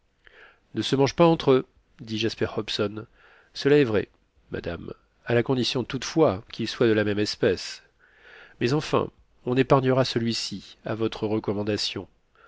ne se mangent pas entre eux dit jasper hobson cela est vrai madame à la condition toutefois qu'ils soient de la même espèce mais enfin on épargnera celui-ci à votre recommandation